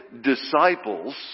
disciples